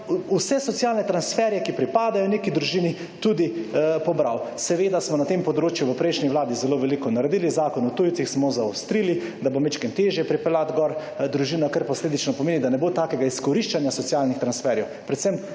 vse socialne transfere, ki pripadajo neki družini tudi pobral. Seveda smo na tem področju v prejšnji vladi zelo veliko naredili, zakon o tujcih smo zaostrili, da bo malo težje pripeljati gor družino, kar posledično pomeni, da ne bo takega izkoriščanja socialnih transferjev,